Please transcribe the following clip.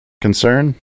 concern